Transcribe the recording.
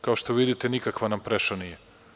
Kao što vidite, nikakva nam preša nije.